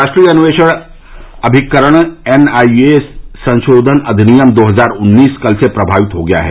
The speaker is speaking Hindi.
राष्ट्रीय अन्वेषण अभिकरण एन आई ए संशोधन अधिनियम दो हजार उन्नीस कल से प्रभावी हो गया है